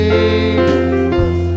Jesus